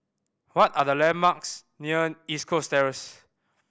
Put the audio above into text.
what are the landmarks near East Coast Terrace